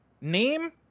name